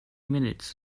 minutes